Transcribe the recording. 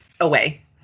away